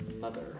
mother